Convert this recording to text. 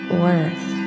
worth